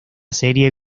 serie